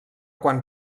quan